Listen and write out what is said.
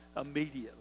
immediately